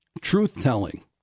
truth-telling